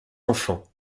enfants